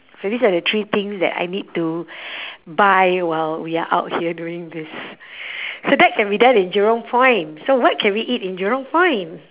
so these are the three things that I need to buy while we are out here doing this so that can be done in jurong point so what can we eat in jurong point